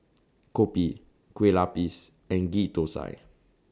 Kopi Kueh Lapis and Ghee Thosai